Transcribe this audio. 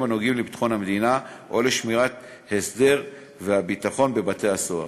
הנוגעים לביטחון המדינה או לשמירת הסדר והביטחון בבתי-הסוהר.